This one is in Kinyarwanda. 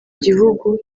gihugu